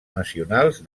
nacionals